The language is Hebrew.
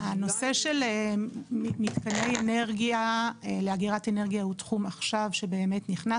הנושא של מתקני אנרגיה לאגירת אנרגיה הוא תחום שבאמת נכנס.